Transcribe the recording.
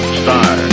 star